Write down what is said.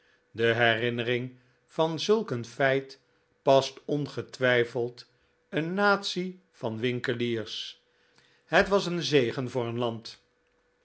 de herinnering van zulk een feit past ongetwijfeld een natie van winkeliers het was een zegen voor een land